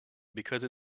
because